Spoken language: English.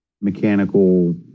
mechanical